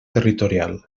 territorial